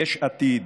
יש עתיד,